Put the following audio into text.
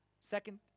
Second